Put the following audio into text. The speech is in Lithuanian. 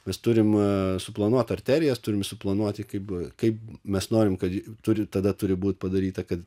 mes turim suplanuot arterijas turim suplanuoti kaip kaip mes norim kad ji turi tada turi būt padaryta kad